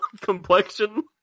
complexion